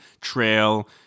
trail